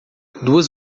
duas